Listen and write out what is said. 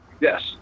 Yes